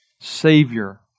Savior